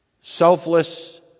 selfless